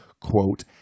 quote